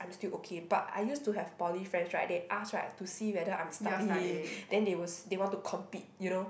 I'm still okay but I used to have poly friends right they asked right to see whether I'm studying then they will s~ they want to compete you know